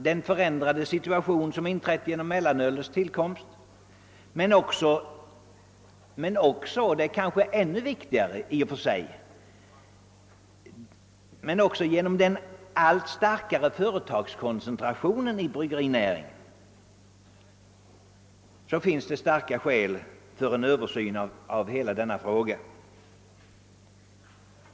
Den förändrade situation, som inträtt genom mellanölets tillkomst, men kanske framför allt genom den allt starkare företagskoncentrationen inom bryggerinäringen gör att det finns starka skäl för en översyn av hela denna fråga.